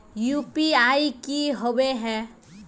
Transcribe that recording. UPI की होबे है?